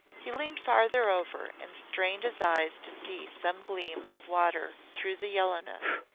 he leaned farther over and strained his eyes to see some gleam of water through the yellowness.